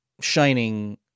shining